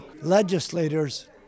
legislators